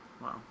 Wow